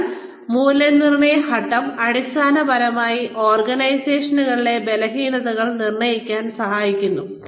അതിനാൽ മൂല്യനിർണ്ണയ ഘട്ടം അടിസ്ഥാനപരമായി ഓർഗനൈസേഷനുകളെ ബലഹീനതകൾ നിർണ്ണയിക്കാൻ സഹായിക്കുന്നു